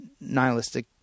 nihilistic